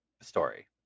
story